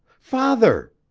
father!